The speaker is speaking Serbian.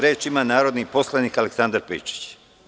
Reč ima narodni poslanik Aleksandar Pejčić.